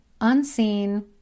unseen